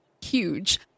huge